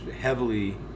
heavily